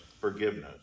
forgiveness